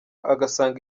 agasanga